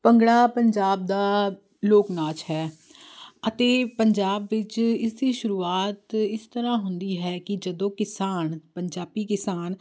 ਭੰਗੜਾ ਪੰਜਾਬ ਦਾ ਲੋਕ ਨਾਚ ਹੈ ਅਤੇ ਪੰਜਾਬ ਵਿੱਚ ਇਸ ਦੀ ਸ਼ੁਰੂਆਤ ਇਸ ਤਰ੍ਹਾਂ ਹੁੰਦੀ ਹੈ ਕਿ ਜਦੋਂ ਕਿਸਾਨ ਪੰਜਾਬੀ ਕਿਸਾਨ